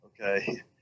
okay